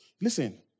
listen